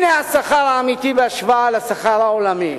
הנה השכר האמיתי בהשוואה לשכר העולמי: